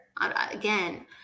again